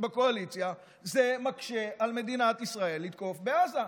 בקואליציה זה מקשה על מדינת ישראל לתקוף בעזה.